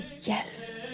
Yes